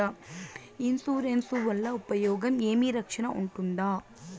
Insurance వల్ల ఉపయోగం ఏమి? రక్షణ ఉంటుందా?